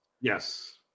Yes